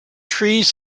trees